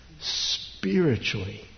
Spiritually